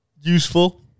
useful